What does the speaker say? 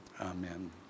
Amen